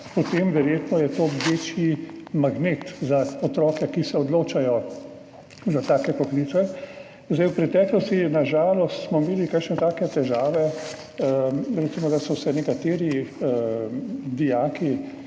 potem je verjetno to večji magnet za otroke, ki se odločajo za take poklice. V preteklosti smo na žalost imeli kakšne takšne težave, recimo, da so se nekateri dijaki